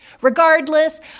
regardless